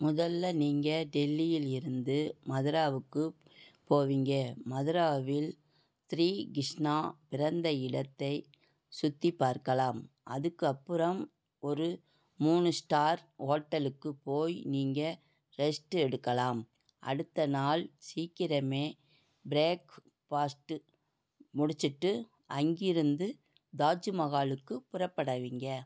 முதல்ல நீங்கள் டெல்லியில் இருந்து மதுராவுக்கு போவீங்க மதுராவில் ஸ்ரீ கிருஷ்ணா பிறந்த இடத்தை சுற்றி பார்க்கலாம் அதுக்கு அப்புறம் ஒரு மூணு ஸ்டார் ஹோட்டலுக்கு போய் நீங்கள் ரெஸ்ட் எடுக்கலாம் அடுத்த நாள் சீக்கிரமே ப்ரேக்ஃபாஸ்ட்டு முடிச்சிட்டு அங்கிருந்து தாஜ் மஹாலுக்கு புறப்படுவீங்க